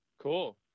Cool